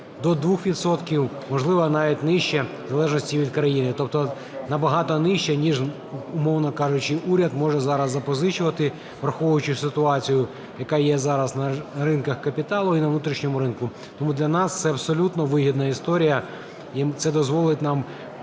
можливо, навіть нижче, в залежності від країни. Тобто набагато нижче ніж, умовно кажучи, уряд може зараз запозичувати, враховуючи ситуацію, яка є зараз на ринку капіталу і на внутрішньому ринку. Тому для нас це абсолютно вигідна історія, і це дозволить нам